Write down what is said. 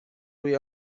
روی